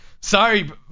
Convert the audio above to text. Sorry